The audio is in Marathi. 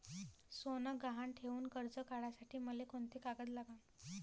सोनं गहान ठेऊन कर्ज काढासाठी मले कोंते कागद लागन?